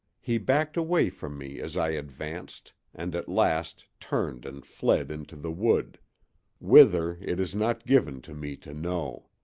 he backed away from me, as i advanced, and at last turned and fled into the wood whither, it is not given to me to know.